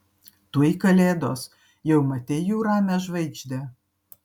tuoj kalėdos jau matei jų ramią žvaigždę